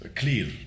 clear